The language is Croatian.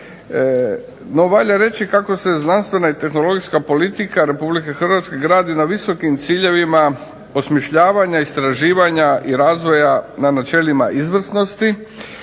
No valja reći kako se znanstvena i tehnologijska politika RH gradi na visokim ciljevima osmišljavanja istraživanja i razvoja na načelima izvrsnosti,